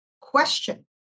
question